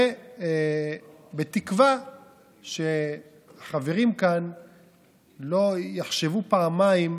ובתקווה שחברים כאן יחשבו פעמיים,